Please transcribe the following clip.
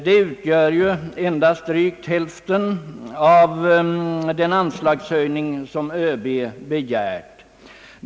Den utgör ju endast drygt hälften av den anslagshöjning som ÖB begärt.